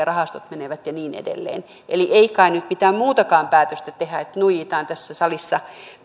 rahastot menevät ja niin edelleen ei kai nyt mitään muutakaan päätöstä tehdä niin että nuijitaan tässä salissa